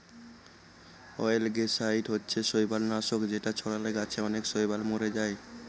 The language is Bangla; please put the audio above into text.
অয়েলগেসাইড হচ্ছে শৈবাল নাশক যেটা ছড়ালে গাছে অনেক শৈবাল মোরে যায়